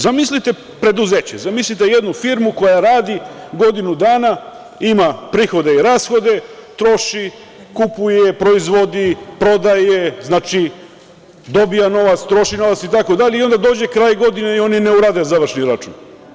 Zamislite preduzeće, zamislite jednu firmu koja radi godinu dana, ima prihode i rashode, troši, kupuje, proizvodi, prodaje, dobija novac, troši novac, itd. i onda dođe kraj godine i oni ne urade završi račun.